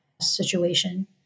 situation